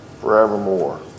forevermore